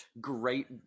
great